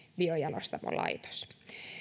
biojalostamolaitos